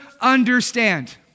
understand